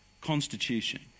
constitution